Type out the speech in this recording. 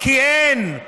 כי אין.